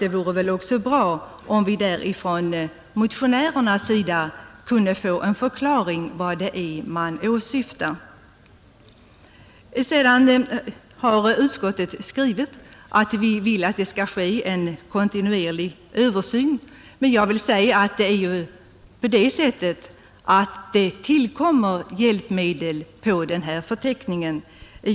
Det vore därför bra om vi av motionärerna kunde få en förklaring på vad man åsyftar. Utskottet understryker betydelsen av att hjälpmedelsförteckningen blir föremål för kontinuerlig översyn. Det förhåller sig dock på det sättet att hjälpmedel tillkommer på denna förteckning. Det sker ständiga förändringar.